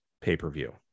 pay-per-view